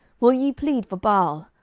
will ye plead for baal?